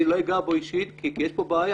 אני לא אגע בו אישית כי יש כאן בעיה.